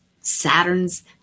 Saturn's